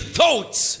thoughts